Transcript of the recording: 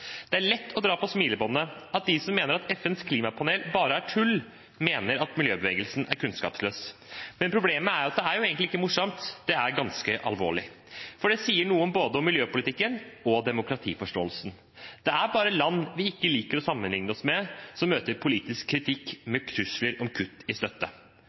Det er lett å dra på smilebåndet av at de som mener at FNs klimapanel bare er tull, mener at miljøbevegelsen er kunnskapsløs. Men problemet er at det er egentlig ikke morsomt, det er ganske alvorlig, for det sier noe både om miljøpolitikken og om demokratiforståelsen. Det er bare land vi ikke liker å sammenligne oss med, som møter politisk kritikk med trusler om kutt i støtte.